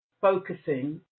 focusing